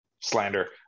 slander